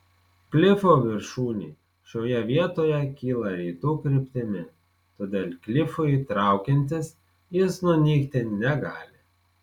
klifo viršūnė šioje vietoje kyla rytų kryptimi todėl klifui traukiantis jis nunykti negali